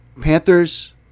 Panthers